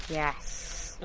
yes.